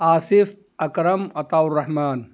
Asif Akram Ata Rahman